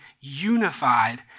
unified